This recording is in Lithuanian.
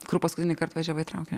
kur paskutinįkart važiavai traukiniu